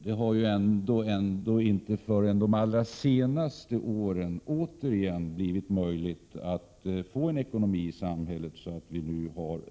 Det är inte förrän under de allra senaste åren som samhällsekonomin har blivit sådan att det återigen har blivit möjligt med reallöneökningar.